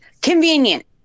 Convenient